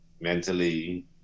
mentally